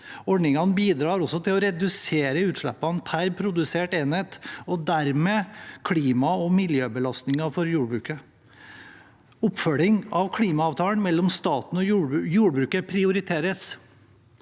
Ordningene bidrar også til å redusere utslippene per produserte enhet og dermed også klima- og miljøbelastningen fra jordbruket. Oppfølging av klimaavtalen mellom staten og jordbruket prioriteres.